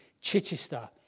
Chichester